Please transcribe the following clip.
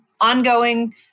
ongoing